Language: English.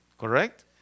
Correct